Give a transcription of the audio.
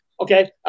Okay